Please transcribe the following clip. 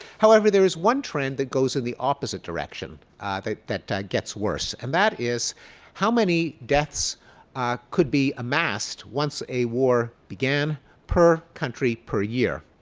however, there is a one trend that goes in the opposite direction ah that that gets worse. and that is how many deaths could be amassed once a war began per country per year.